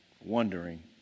wondering